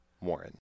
Warren